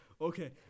Okay